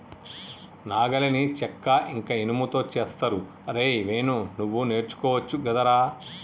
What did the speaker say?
నాగలిని చెక్క ఇంక ఇనుముతో చేస్తరు అరేయ్ వేణు నువ్వు నేర్చుకోవచ్చు గదరా